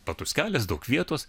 platus kelias daug vietos